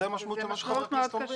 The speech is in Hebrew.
זו המשמעות של מה שחברי הכנסת אומרים.